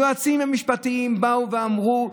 היועצים המשפטיים באו ואמרו,